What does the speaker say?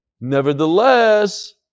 nevertheless